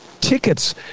tickets